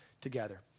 together